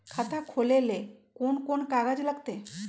खाता खोले ले कौन कौन कागज लगतै?